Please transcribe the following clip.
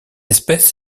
espèce